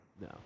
No